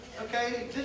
Okay